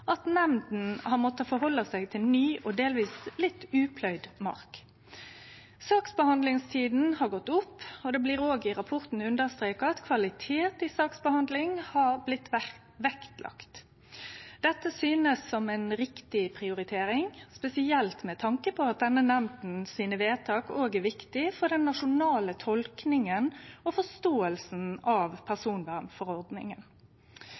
at nemnda har måtta halde seg til ny og delvis litt upløgd mark. Saksbehandlingstida har gått opp, og det blir òg i rapporten understreka at kvalitet i saksbehandlinga har blitt vektlagd. Dette synest som ei riktig prioritering, spesielt med tanke på at denne nemnda sine vedtak òg er viktige for den nasjonale tolkinga og forståinga av